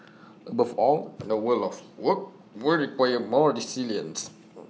above all the world of work will require more resilience